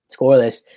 scoreless